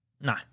No